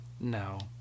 No